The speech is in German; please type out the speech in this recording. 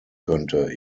könnte